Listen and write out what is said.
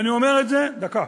דקה.